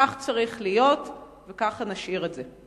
כך צריך להיות וככה נשאיר את זה.